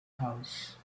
house